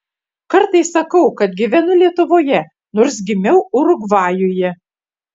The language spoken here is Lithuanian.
kartais sakau kad gyvenu lietuvoje nors gimiau urugvajuje